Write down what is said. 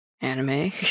anime